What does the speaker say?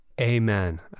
Amen